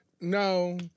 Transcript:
no